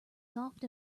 soft